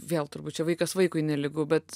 vėl turbūt čia vaikas vaikui nelygu bet